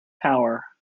power